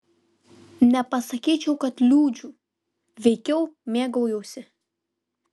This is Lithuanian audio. nepasakyčiau kad liūdžiu veikiau mėgaujuosi